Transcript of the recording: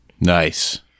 nice